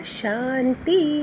Shanti